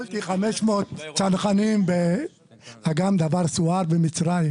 הצלתי 500 צנחנים במצרים.